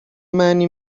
معنی